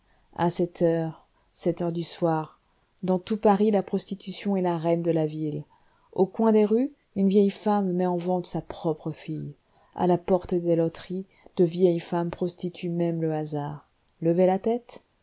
à cette heure sept heures du soir dans tout paris la prostitution est la reine de la ville aux coins des rues une vieille femme met en vente sa propre fille à la porte des loteries de vieilles femmes prostituent même le hasard levez la tête